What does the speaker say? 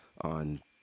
on